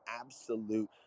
absolute